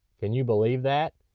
can you believe that?